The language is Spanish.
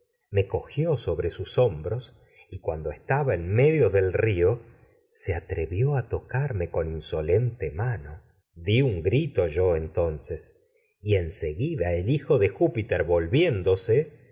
en cogió sobre se atre sus hombros a cuando estaba con medio del rio vió tocarme insolente mano di un grito yo en tonces lanzó y en seguida manos el hijo de júpiter flecha que volviéndose